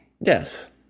Yes